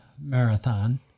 marathon